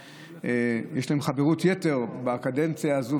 שיש להם חברות יתר בקדנציה הזו,